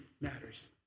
matters